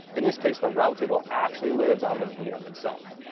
in this case, the route table actually lives on the vm itself.